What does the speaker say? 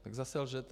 Tak zase lžete.